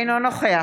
אינו נוכח